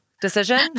decision